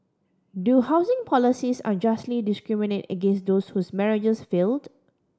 do housing policies unjustly discriminate against those whose marriages failed